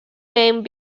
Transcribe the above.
named